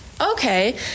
Okay